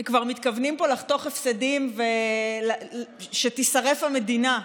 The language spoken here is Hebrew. כבר מתכוונים פה לחתוך הפסדים ושתישרף המדינה,